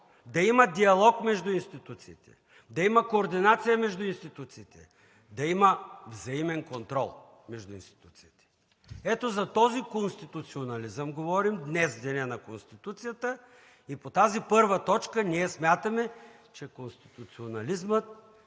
да има диалог между институциите, да има координация между институциите, да има взаимен контрол между институциите. Ето за този конституционализъм говорим днес, в деня на Конституцията. По тази първа точка ние смятаме, че конституционализмът,